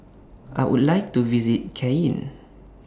I Would like to visit Cayenne